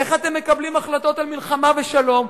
איך אתם מקבלים החלטות על מלחמה ושלום,